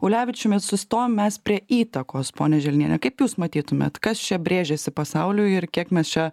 ulevičiumi sustojom mes prie įtakos ponia želniene kaip jūs matytumėt kas čia brėžiasi pasauliui ir kiek mes čia